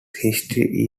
history